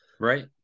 Right